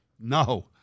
No